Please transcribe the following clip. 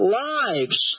lives